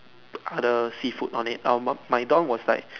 other seafood on it um my my don was like